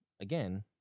again